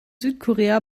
südkorea